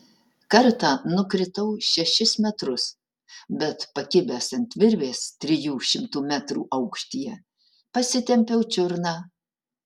kartą nukritau šešis metrus bet pakibęs ant virvės trijų šimtų metrų aukštyje pasitempiau čiurną